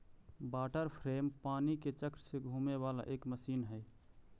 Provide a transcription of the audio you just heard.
water frame पानी के चक्र से घूमे वाला एक मशीन हई